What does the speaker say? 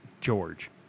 George